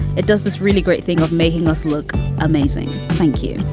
it does this really great thing of making us look amazing. thank you.